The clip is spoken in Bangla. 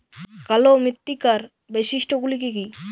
কালো মৃত্তিকার বৈশিষ্ট্য গুলি কি কি?